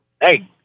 Hey